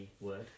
word